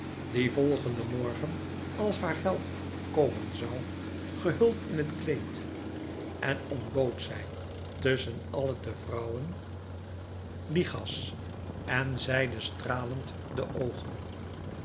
dien volgenden morgen als haar held kmen zoû gehuld in het kleed en ontbood zij tusschen alle de vrouwen lichas en zeide stralend de oogen